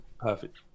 perfect